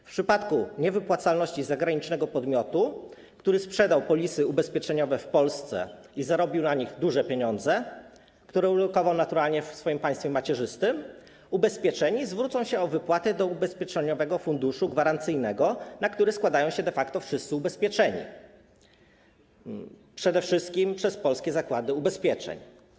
W przypadku niewypłacalności zagranicznego podmiotu, który sprzedał polisy ubezpieczeniowe w Polsce i zarobił na nich duże pieniądze, które ulokował naturalnie w swoim państwie macierzystym, ubezpieczeni zwrócą się o wypłatę do Ubezpieczeniowego Funduszu Gwarancyjnego, na który składają się de facto wszyscy ubezpieczeni, przede wszystkim przez polskie zakłady ubezpieczeń.